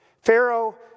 Pharaoh